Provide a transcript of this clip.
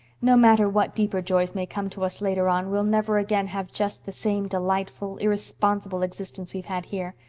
no matter what deeper joys may come to us later on we'll never again have just the same delightful, irresponsible existence we've had here.